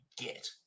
get